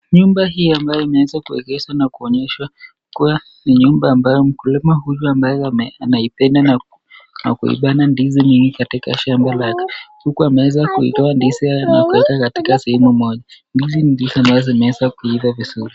Nyumba hii ambayo imeweza kuegezwa na kuonyeshwa kuwa ni nyumba ambayo mkulima huyu ambaye ameipenda na kuipanda ndizi nyingi katika shamba lake huku ameweza kuitoa ndizi haya na kuieka katika sehemu moja, ndizi ni ndizi ambayo imeweza kuiva vizuri.